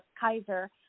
Kaiser